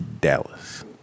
Dallas